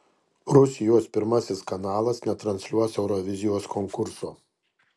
rusijos pirmasis kanalas netransliuos eurovizijos konkurso